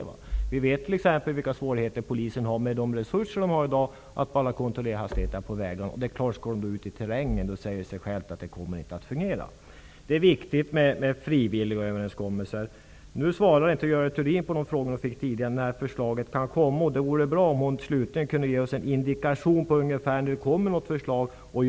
Vi kan t.ex. se på de svårigheter som polisen har att med dagens resurser kontrollera hastigheterna på vägarna. Det säger sig självt att det inte kommer att fungera om polisen dessutom skall ge sig ut i terrängen för att kontrollera hastigheter. Det är därför viktigt med frivilliga överenskommelser. Nu svarar inte Görel Thurdin på den fråga som hon tidigare fått om när ett förslag kan komma. Det vore bra om hon kunde ge en indikation om ungefär när ett förslag kan komma.